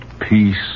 peace